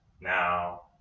Now